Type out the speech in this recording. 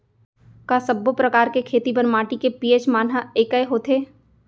का सब्बो प्रकार के खेती बर माटी के पी.एच मान ह एकै होथे?